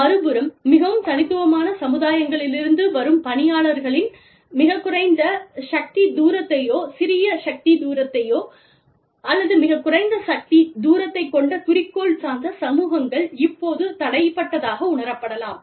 மறுபுறம் மிகவும் தனித்துவமான சமுதாயங்களிலிருந்து வரும் பணியாளர்களின் மிகக் குறைந்த சக்தி தூரத்தையோ சிறிய சக்தி தூரத்தையோ அல்லது மிகக் குறைந்த சக்தி தூரத்தைக் கொண்ட குறிக்கோள் சார்ந்த சமூகங்கள் இப்போது தடைப்பட்டதாக உணரப்படலாம்